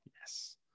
yes